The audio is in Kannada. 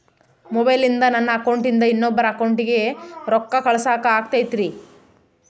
ಮೊಬೈಲಿಂದ ನನ್ನ ಅಕೌಂಟಿಂದ ಇನ್ನೊಬ್ಬರ ಅಕೌಂಟಿಗೆ ರೊಕ್ಕ ಕಳಸಾಕ ಆಗ್ತೈತ್ರಿ?